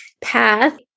path